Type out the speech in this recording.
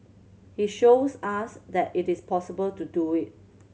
he shows us that it is possible to do it